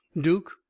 Duke